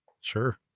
Sure